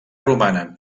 romanen